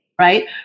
right